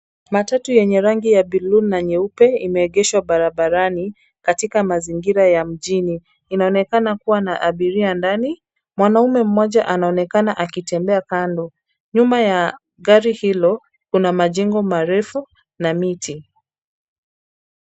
Matatu yenye rangi ya buluu na nyeupe imeegeshwa barabarani katika mazingira ya mjini. Inaonekana kuwa na abiria ndani. Mwanaume mmoja anaonekana akitembea kando. Nyuma ya gari hilo kuna majengo marefu na miti.